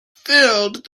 filled